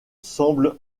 semble